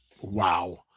Wow